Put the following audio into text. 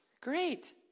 Great